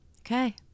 okay